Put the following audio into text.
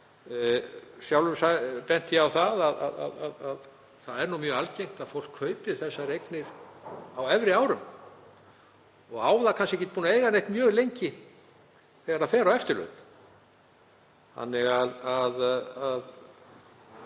Sjálfur benti ég á að það er mjög algengt að fólk kaupi þessar eignir á efri árum og er kannski ekki búið að eiga þær neitt mjög lengi þegar það fer á eftirlaun.